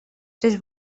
tres